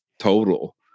total